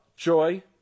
Joy